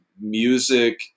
music